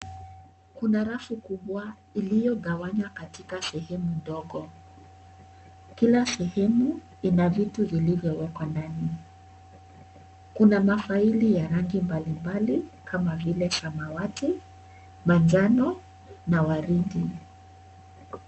Kuna rafu kubwa iliyogawanywa katika sehemu ndogo kila sehemu ina vitu vilivyowekwa ndani kuna mafaili ya rangi balimbali kama vile samawati, manjano na waridi.